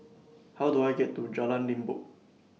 How Do I get to Jalan Limbok